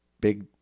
Big